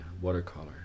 watercolor